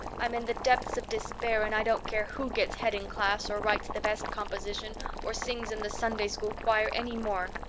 i'm in the depths of despair and i don't care who gets head in class or writes the best composition or sings in the sunday-school choir any more.